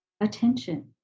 attention